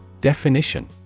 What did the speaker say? Definition